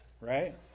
right